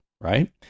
right